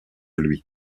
lui